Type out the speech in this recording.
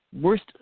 worst